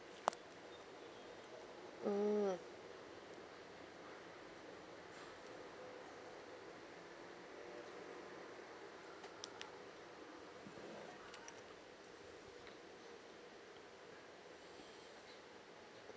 mm